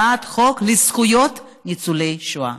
הצעת חוק לזכויות ניצולי שואה,